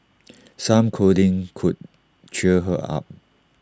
some cuddling could cheer her up